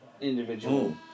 individual